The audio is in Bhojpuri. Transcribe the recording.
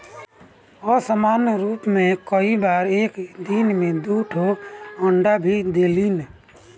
असामान्य रूप में कई बार एक दिन में दू ठो अंडा भी देलिन